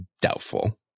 Doubtful